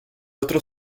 otro